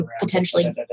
potentially